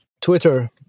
Twitter